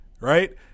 right